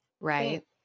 right